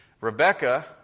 Rebecca